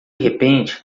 repente